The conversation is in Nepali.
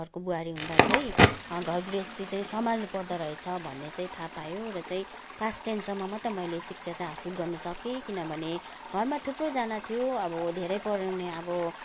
घरको बुहारी हुदाँ चाहिँ घर गृहस्थी चाहिँ सम्हालनु पर्दरहेछ भन्ने थाह पायो र चाहिँ क्लास टेनसम्म मात्र मैले शिक्षा हासिल गर्न सकेँ किनभने घरमा थुप्रैजना थियो अब धेरै पढाउने अब